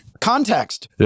context